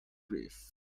grief